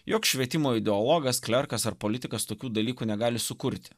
joks švietimo ideologas klerkas ar politikas tokių dalykų negali sukurti